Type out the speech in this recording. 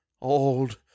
Old